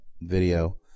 video